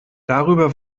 darüber